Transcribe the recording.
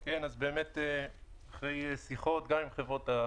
25, כמו שמופיע פה, מייצר איזון של אחריויות.